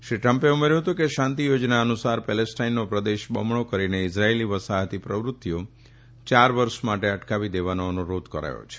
શ્રી ટ્રમ્પે ઉમેર્યુ હતુ કે શાંતી યોજના અનુસાર પેલેસ્ટાઇનનો પ્રદેશ બમણો કરીને ઇઝરાઇલી વસાહતી પ્રવૃતિઓ યાર વર્ષ માટે અટકાવી દેવાનો અનુરોધ કરાયો છે